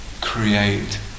create